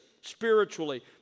spiritually